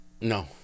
No